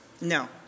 No